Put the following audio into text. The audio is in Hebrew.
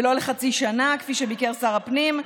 ולא לחצי שנה כפי שביקש שר הפנים,